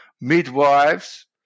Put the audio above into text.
midwives